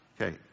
Okay